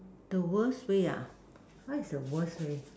the worst way ah what is the worst way